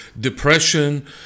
depression